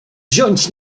wziąć